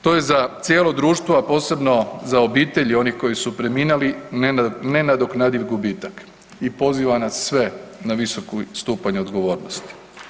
To je za cijelo društvo, a posebno za obitelji onih koji su preminuli nenadoknadiv gubitak i poziva nas sve na visoki stupanj odgovornosti.